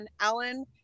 alan